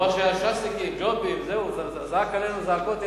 הוא אמר ש"סניקים, ג'ובים, זעק עלינו זעקות אימה.